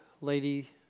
lady